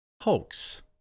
hoax